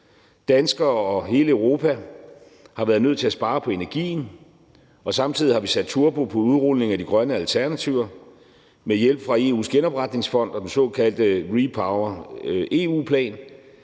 Danskere og hele Europa har været nødt til at spare på energien, og samtidig har vi sat turbo på udrulning af de grønne alternativer med hjælp fra EU’s genopretningsfond og den såkaldte REPowerEU-plan.